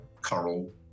coral